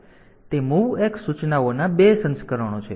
તેથી તે MOVX સૂચનાઓના 2 સંસ્કરણો છે